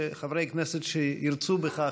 שחברי כנסת שירצו בכך,